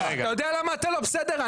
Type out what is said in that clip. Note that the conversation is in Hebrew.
אתה יודע למה אתה לא בסדר?